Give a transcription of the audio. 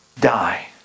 die